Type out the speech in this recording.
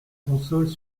consoles